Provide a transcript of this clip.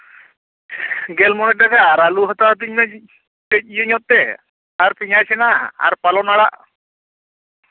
ᱜᱮᱞ ᱢᱚᱬᱮ ᱴᱟᱠᱟ ᱟᱹᱞᱩ ᱟᱨ ᱟᱹᱞᱩ ᱦᱟᱛᱟᱣ ᱛᱤᱧ ᱞᱟᱹᱜᱤᱫ ᱠᱟᱹᱡ ᱤᱭᱟᱹ ᱧᱚᱜ ᱛᱮ ᱟᱨ ᱯᱮᱸᱭᱟᱡᱽ ᱦᱮᱱᱟᱜᱼᱟ ᱟᱨ ᱯᱟᱞᱚᱝ ᱟᱲᱟᱜ